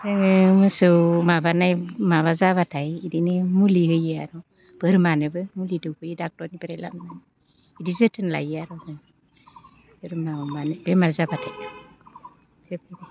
जोङो मोसौ माबानाय माबा जाबाथाय बिदिनो मुलि होयो आरो बोरमानोबो मुलि दौफैयो डक्ट'रनिफ्राय लाबोनानै बिदि जोथोन लायो आरो जों बोरमा अमानो बेमार जाबाथाय बेफोरो